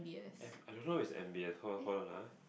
M I don't know if is N_B_S hold hold on ah